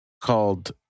called